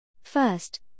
First